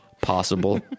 possible